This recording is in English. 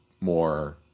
more